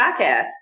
podcast